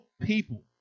people